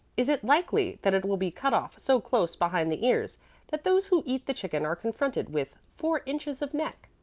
is it likely that it will be cut off so close behind the ears that those who eat the chicken are confronted with four inches of neck.